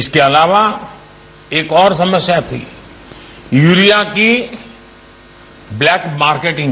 इसके अलावा एक और समस्या थी यूरिया की ब्लैक मार्केटिंग